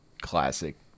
classic